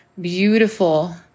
beautiful